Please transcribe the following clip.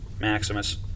Maximus